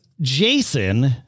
Jason